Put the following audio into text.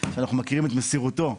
שאנחנו מכירים את מסירותו,